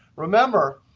remember,